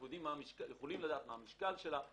אנחנו נוכל לדעת מה המשקל שלה,